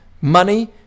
money